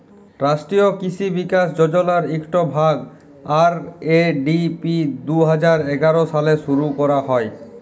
রাষ্ট্রীয় কিসি বিকাশ যজলার ইকট ভাগ, আর.এ.ডি.পি দু হাজার এগার সালে শুরু ক্যরা হ্যয়